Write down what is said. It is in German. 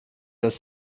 das